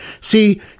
See